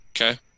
Okay